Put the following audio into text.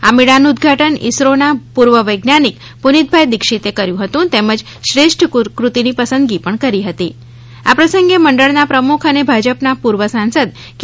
આ મેળાનું ઉદ્વાટન ઇસરોના પૂર્વ વૈજ્ઞાનિક પુનિતભાઈ દીક્ષિતે કહ્યું હતું તેમ જ શ્રેષ્ઠ કૃતિ ની પસંદગી પણ કરી હતી આ પ્રસંગે મંડળના પ્રમુખ અને ભાજપના પૂર્વ સાંસદ કે